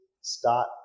start